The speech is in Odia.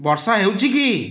ବର୍ଷା ହେଉଛି କି